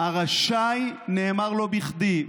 "רשאי" נאמר לא בכדי,